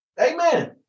Amen